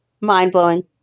Mind-blowing